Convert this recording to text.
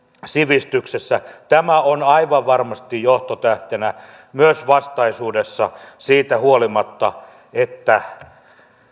sivistyksessä tämä on aivan varmasti johtotähtenä myös vastaisuudessa siitä huolimatta että